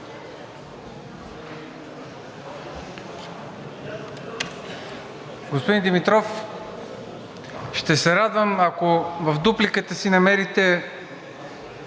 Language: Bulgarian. Господин Димитров, ще се радвам, ако в дупликата си намерите